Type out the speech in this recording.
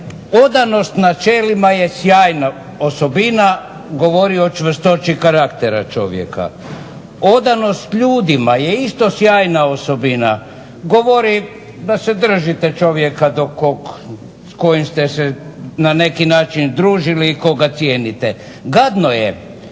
odanost načelima je sjajna osobina, govori o čvrstoći karaktera čovjeka. Odanost ljudima je isto sjajna osobina, govori da se držite čovjeka s kojim ste se na neki način družili i koga cijenite. Gadno je